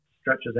stretches